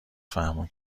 فهموند